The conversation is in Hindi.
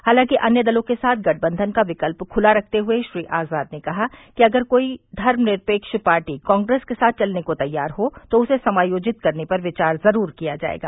हालांकि अन्य दलों के साथ गठबंधन का विकल्प खुला रखते हुए श्री आज़ाद ने कहा कि अगर कोई धर्मनिरपेक्ष पार्टी कांग्रेस के साथ चलने को तैयार हो तो उसे समायोजित करने पर विचार ज़रूर किया जायेगा